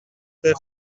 per